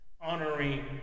honoring